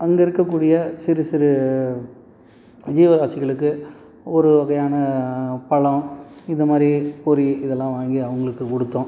அங்கே இருக்கக்கூடிய சிறு சிறு ஜீவ வாசிகளுக்கு ஒரு வகையான பழம் இது மாதிரி பொறி இதெலாம் வாங்கி அவங்களுக்கு கொடுத்தோம்